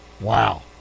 Wow